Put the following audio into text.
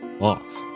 off